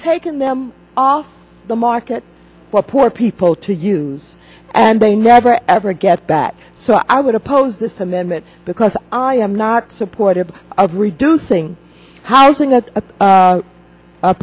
taken them off the market for poor people to use and they never ever get back so i would oppose this amendment because i am not supportive of reducing housing that